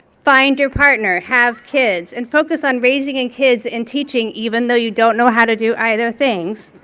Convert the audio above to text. find your partner, have kids, and focus on raising and kids and teaching even though you don't know how to do either things.